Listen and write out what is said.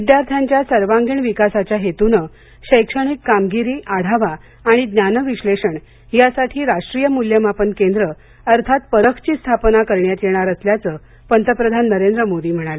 विद्यार्थ्यांच्या सर्वांगीण विकासाच्या हेतूनं शैक्षणिक कामगिरी आढावा आणि ज्ञान विश्लेषण यासाठी राष्ट्रीय मूल्यमापन केंद्र अर्थात परखची स्थापना करण्यात येणार असल्याचं पंतप्रधान नरेंद्र मोदी म्हणाले